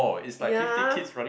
ya